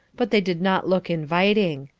but they did not look inviting.